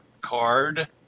card